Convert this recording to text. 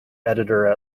editor